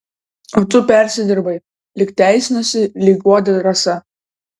o tu persidirbai lyg teisinosi lyg guodė rasa